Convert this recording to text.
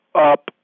up